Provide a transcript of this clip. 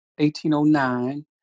1809